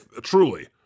Truly